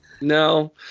No